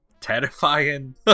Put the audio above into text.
Terrifying